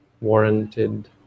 warranted